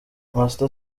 master